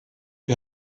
wir